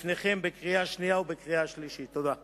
אני מתכבד להביא בפני הכנסת לקריאה שנייה ולקריאה שלישית את הצעת